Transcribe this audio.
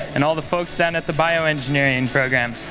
and all the folks down at the bioengineering and program.